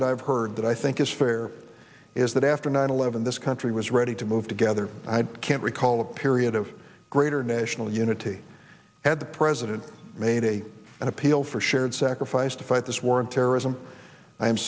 that i've heard that i think is fair is that after nine eleven this country was ready to move together i can't recall a period of greater national unity had the president made a an appeal for shared sacrifice to fight this war on terrorism i